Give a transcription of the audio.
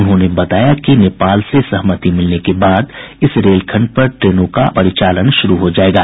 उन्होंने बताया कि नेपाल से सहमति मिलने के बाद रेलखंड पर ट्रेनों का आवागमन शुरू हो जायेगा